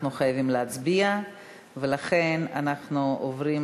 אנחנו חייבים להצביע ולכן אנחנו עוברים